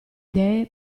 idee